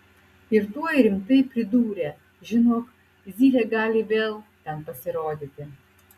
ir tuoj rimtai pridūrė žinok zylė gali vėl ten pasirodyti